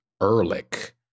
Ehrlich